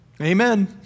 Amen